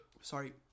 sorry